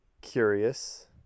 curious